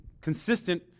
consistent